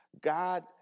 God